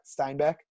Steinbeck